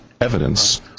evidence